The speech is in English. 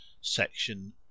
Section